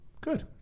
good